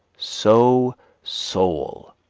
so soul,